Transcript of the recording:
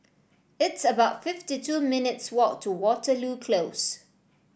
it's about fifty two minutes' walk to Waterloo Close